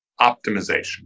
Optimization